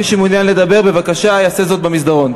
מי שמעוניין לדבר, בבקשה, יעשה זאת במסדרון.